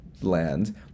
land